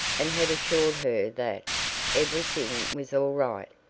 and had assured her that every thing was all right,